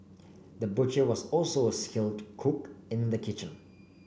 the butcher was also a skilled cook in the kitchen